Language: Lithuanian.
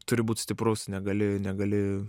turi būt stiprus negali negali